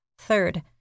Third